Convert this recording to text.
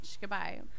goodbye